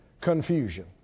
confusion